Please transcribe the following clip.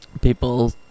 people